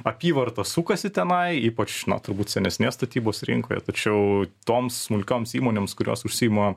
apyvartos sukasi tenai ypač na turbūt senesnės statybos rinkoje tačiau toms smulkioms įmonėms kurios užsiima